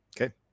okay